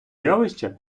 явища